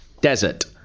Desert